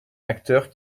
acteurs